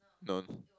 don't